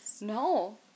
No